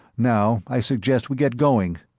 now i suggest we get going.